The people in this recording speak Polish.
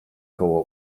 koło